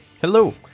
Hello